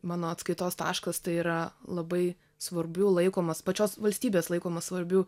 mano atskaitos taškas tai yra labai svarbiu laikomas pačios valstybės laikomas svarbiu